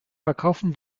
verkaufen